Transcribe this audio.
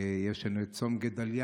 יש לנו את צום גדליה,